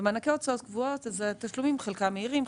במענק הוצאות קבועות התשלומים חלקם מהירים,